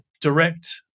direct